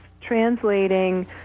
translating